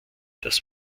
das